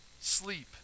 sleep